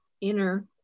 inner